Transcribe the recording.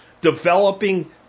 developing